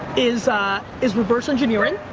is is reverse-engineering,